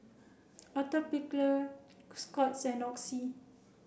Atopiclair Scott's and Oxy